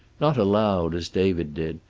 not aloud, as david did,